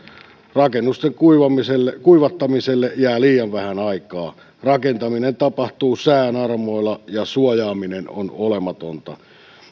rakennusten kuivattamiselle kuivattamiselle jää liian vähän aikaa rakentaminen tapahtuu sään armoilla ja suojaaminen on olematonta